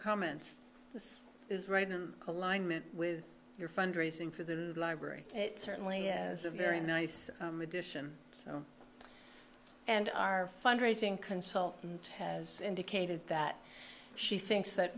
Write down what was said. comments this is right in alignment with your fundraising for the library it certainly has a very nice addition and our fundraising consultant has indicated that she thinks that